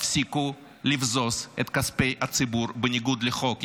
תפסיקו לבזוז את כספי הציבור בניגוד לחוק.